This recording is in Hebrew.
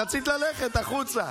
לצאת כעת.